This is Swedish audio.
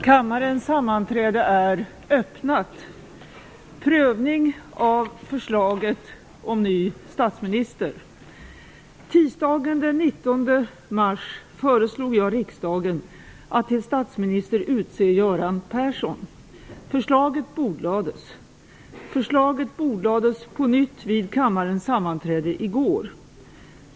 Tisdagen den 19 mars föreslog jag riksdagen att till statsminister utse Göran Persson. Förslaget bordlades. Förslaget bordlades på nytt vid kammarens sammanträde i går.